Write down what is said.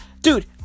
dude